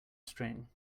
string